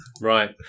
right